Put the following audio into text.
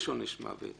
יש עונש מוות.